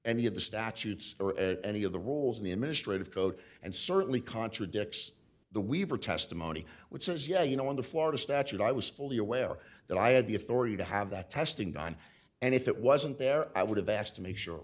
any of the statutes any of the rules in the administrative code and certainly contradicts the weaver testimony which says yeah you know under florida statute i was fully aware that i had the authority to have that testing done and if it wasn't there i would have asked to make sure it